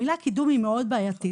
המילה "קידום" היא מאוד בעייתית.